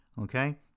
Okay